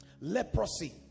Leprosy